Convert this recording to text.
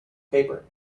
paper